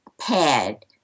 pad